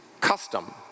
custom